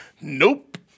Nope